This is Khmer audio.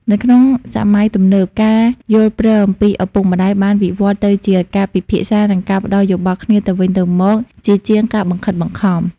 នៅក្នុងសម័យទំនើប ការយល់ព្រមពីឪពុកម្ដាយបានវិវត្តទៅជាការពិភាក្សា និងការផ្ដល់យោបល់គ្នាទៅវិញទៅមកជាជាងការបង្ខិតបង្ខំ។